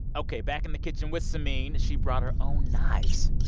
ok, back in the kitchen with samin. she brought her own knives oh,